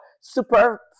super